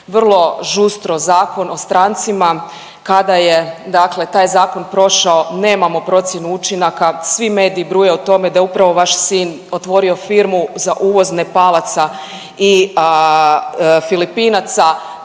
vrlo žustro Zakon o strancima kada je dakle taj zakon prošao nemamo procjenu učinaka. Svi mediji bruje o tome da je upravo vaš sin otvorio firmu za uvoz Nepalaca i Filipinaca.